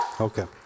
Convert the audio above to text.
Okay